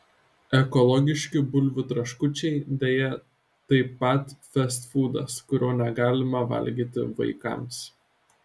ekologiški bulvių traškučiai deja taip pat festfūdas kurio negalima valgyti vaikams